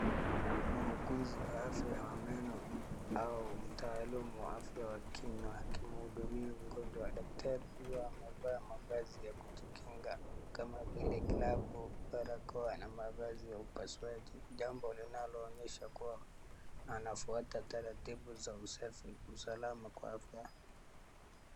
Muuguzi wa afya wa meno au mtaalumu wa kinywa wa meno akimhudumia mgonjwa. Daktari huyu amevaa mavazi ya kujikinga kama vile glavu, barakoa na mavazi ya upasuaji. Jambo linaloonyesha kuwa anafuata taratibu za usasi, usalama kwa afya.